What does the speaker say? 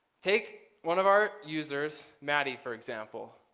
take one of our users maddie for example.